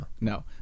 No